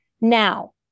Now